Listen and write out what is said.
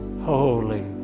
Holy